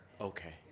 Okay